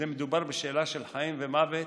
כשמדובר בשאלה של חיים ומוות,